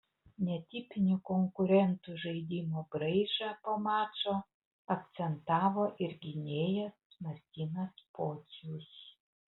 netipinį konkurentų žaidimo braižą po mačo akcentavo ir gynėjas martynas pocius